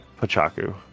Pachaku